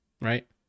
Right